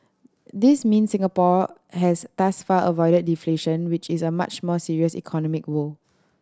this mean Singapore has thus far avoided deflation which is a much more serious economic woe